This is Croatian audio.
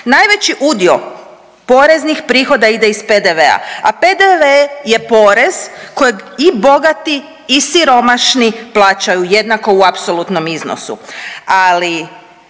Najveći udio poreznih prihoda ide iz PDV-a, a PDV je porez kojeg i bogati i siromašni plaćaju jednako u apsolutnom iznosu.